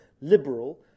liberal